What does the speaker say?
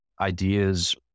ideas